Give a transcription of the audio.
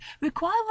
require